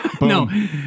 No